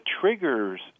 triggers